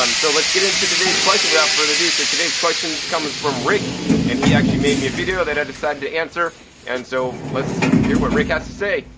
um so let's get into today's question without further ado. so today's question comes from rick and he actually made me a video that i decided to answer and so let's hear what rick has to say.